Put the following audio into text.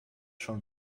schon